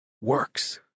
Works